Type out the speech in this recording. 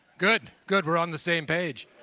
good, good, we're on the same page.